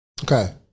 Okay